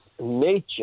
nature